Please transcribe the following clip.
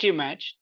match